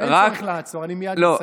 אין צורך לעצור, אני מייד אסיים.